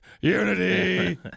Unity